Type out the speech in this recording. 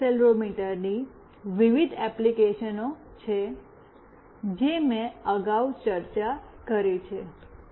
આ એક્સેલરોમીટરની વિવિધ એપ્લિકેશનો છે જે મેં અગાઉ ચર્ચા કરી છે